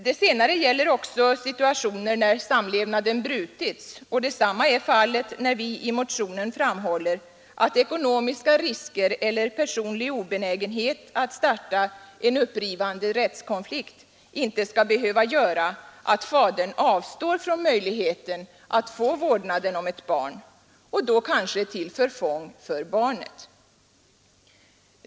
Detta senare gäller också situationer när samlevnaden brutits, och detsamma är fallet när vi i motionen framhåller att ekonomiska risker eller personlig obenägenhet att starta en upprivande rättskonflikt inte skall behöva göra att fadern avstår från möjligheten att få vårdnaden om ett barn, då kanske till förfång för barnet.